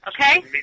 Okay